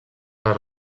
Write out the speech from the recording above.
les